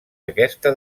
aquesta